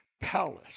palace